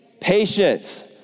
patience